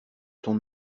ton